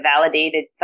validated